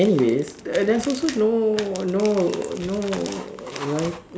anyways there's always no no no write~